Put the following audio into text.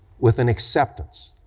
with an acceptance